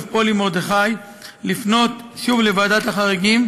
פולי מרדכי לפנות שוב לוועדת החריגים,